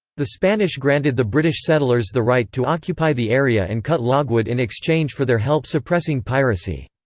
the spanish granted the british settlers the right to occupy the area and cut logwood in exchange for their help suppressing piracy.